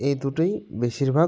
এই দুটোই বেশিরভাগ